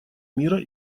мира